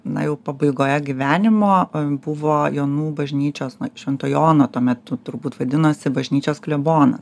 na jau pabaigoje gyvenimo buvo jonų bažnyčios na švento jono tuo metu turbūt vadinosi bažnyčios klebonas